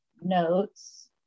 notes